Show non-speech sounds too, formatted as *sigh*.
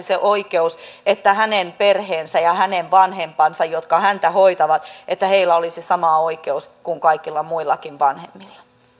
*unintelligible* se oikeus että hänen perheellään ja hänen vanhemmillaan jotka häntä hoitavat olisi sama oikeus kuin kaikilla muillakin vanhemmilla